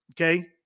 Okay